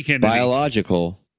biological